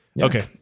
Okay